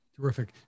Terrific